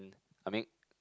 I mean